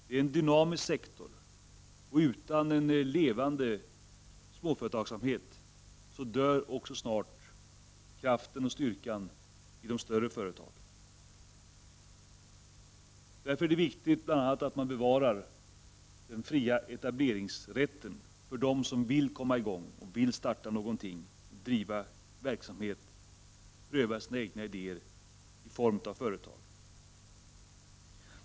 Det är en dynamisk sektor, och utan en levande småföretagsamhet dör också snart kraften och styrkan i de större företagen. Det är därför viktigt att bevara den fria etableringsrätten för dem som vill komma i gång med att starta någonting, driva en verksamhet och pröva sina egna idéer.